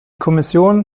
kommission